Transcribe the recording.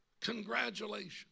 congratulations